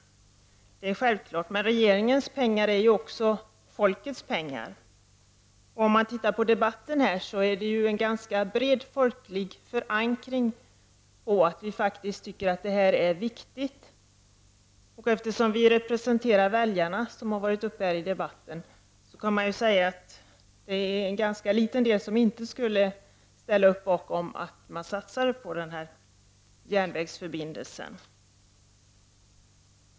Det är självklart, men regeringens pengar är ju också folkets pengar. Om man ser på debatten här, finner man att det finns en ganska bred folklig förankring för uppfattningen att det här är viktigt. Och eftersom vi som deltagit i den här debatten representerar väljarna, kan man säga att det är en ganska liten del av väljarna som inte skulle ställa upp bakom en satsning på den här järnvägsförbindelsen.